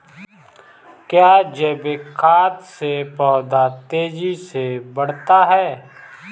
क्या जैविक खाद से पौधा तेजी से बढ़ता है?